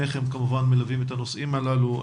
שניכם מלווים את הנושאים האלה.